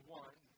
one